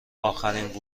آخرین